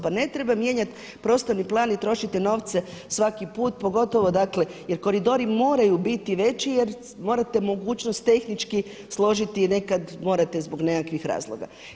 Pa ne treba mijenjat prostorni plan i trošiti novce svaki put, pogotovo dakle, jer koridori moraju biti veći, jer morate … [[Govornica se ne razumije.]] mogućnost tehnički složiti nekad morate zbog nekakvih razloga.